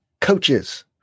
coaches